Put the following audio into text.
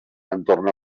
entorn